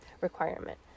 requirement